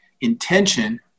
intention